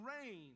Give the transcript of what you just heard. rain